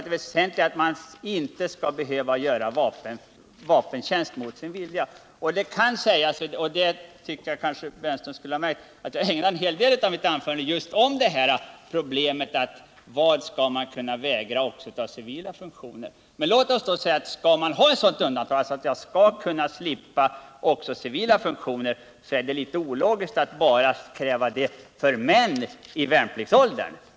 Det väsentliga är att man inte skall behöva göra vapentjänst mot sin vilja. Jag tycker kanske att Roland Brännström borde ha märkt att jag ägnade en hel del av mitt anförande åt just detta problem: Vad skall man kunna få vägra också av civila funktioner? Om det skall vara möjligt att slippa också civila funktioner är det litet ologiskt att detta bara skall gälla för män i värnpliktsåldern.